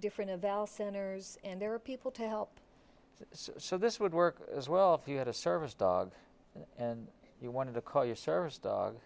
different of else enters and there are people to help so this would work as well if you had a service dog you want to call your service dog